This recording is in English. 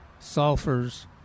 sulfurs